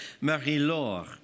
Marie-Laure